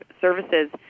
services